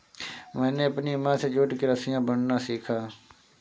मैंने अपनी माँ से जूट की रस्सियाँ बुनना सीखा